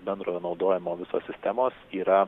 bendrojo naudojimo visos sistemos yra